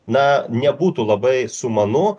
na nebūtų labai sumanu